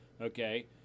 okay